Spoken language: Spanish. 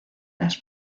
las